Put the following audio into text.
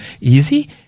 easy